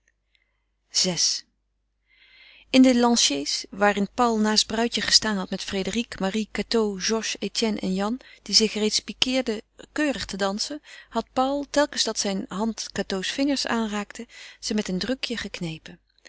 vi in de lanciers waarin paul naast bruidje gestaan had met frédérique marie cateau georges etienne en jan die zich reeds piqueerde keurig te dansen had paul telkens dat zijne hand cateau's vingers aanraakte ze met een drukje geknepen